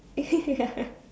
ya